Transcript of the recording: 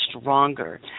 stronger